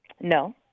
No